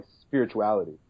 spirituality